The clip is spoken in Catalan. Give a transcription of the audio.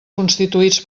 constituïts